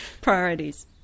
priorities